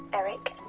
eric?